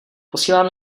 posílám